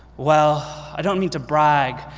well, i don't mean to brag,